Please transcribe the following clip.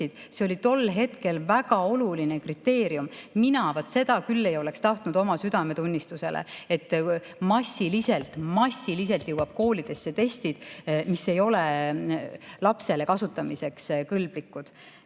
See oli tol hetkel väga oluline kriteerium. Mina seda küll ei oleks tahtnud oma südametunnistusele, et massiliselt jõuavad koolidesse testid, mis ei ole lapsele kasutamiseks kõlblikud.